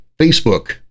Facebook